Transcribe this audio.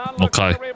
Okay